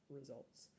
results